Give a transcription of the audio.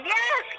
Yes